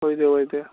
ꯑꯣꯏꯗꯦ ꯑꯣꯏꯗꯦ